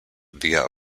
via